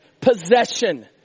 possession